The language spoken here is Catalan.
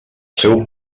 seu